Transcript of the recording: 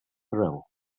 thrill